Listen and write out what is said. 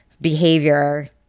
behavior